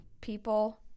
people